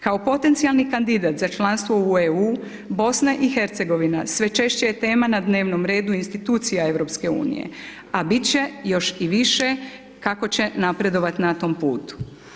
Kao potencijalni kandidat za članstvo u EU, BIH, sve češće je tema na dnevnom redu institucija EU, a biti će još i više, ako će napredovati na tom putu.